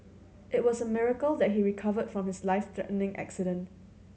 it was a miracle that he recovered from his life threatening accident